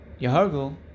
Yahargul